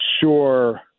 sure